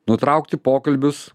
nutraukti pokalbius